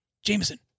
Jameson